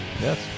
Yes